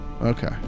Okay